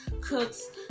cooks